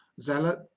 Zealot